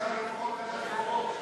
ככה לפחות אין להם חובות.